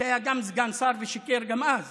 שהיה גם סגן שר ושיקר גם אז